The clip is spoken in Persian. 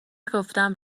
گفتم